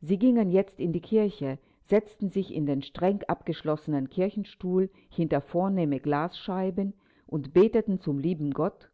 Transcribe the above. sie gingen jetzt in die kirche setzten sich in den streng abgeschlossenen kirchenstuhl hinter vornehme glasscheiben und beteten zum lieben gott